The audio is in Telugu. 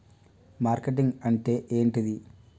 మార్కెటింగ్ అంటే ఏంటిది?